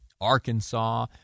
Arkansas